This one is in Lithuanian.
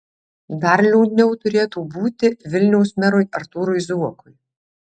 dar liūdniau turėtų būti vilniaus merui artūrui zuokui